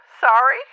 Sorry